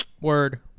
Word